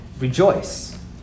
Rejoice